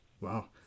Wow